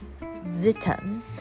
zitten